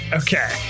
okay